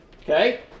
okay